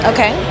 Okay